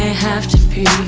have to pee,